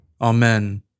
Amen